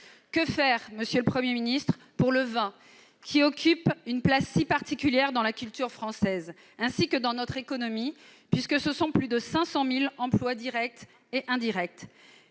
Que faire, monsieur le Premier ministre, pour le vin, qui occupe une place si particulière dans la culture française ainsi que dans notre économie, puisque la filière représente plus de 500 000 emplois directs et indirects ?